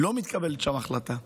לא מתקבלת שם החלטה.